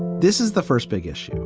this is the first big issue.